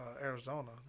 Arizona